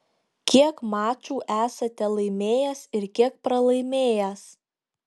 kiek mačų esate laimėjęs ir kiek pralaimėjęs